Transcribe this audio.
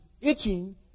itching